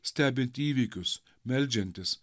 stebint įvykius meldžiantis